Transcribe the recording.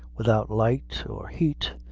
without light or heat,